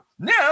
No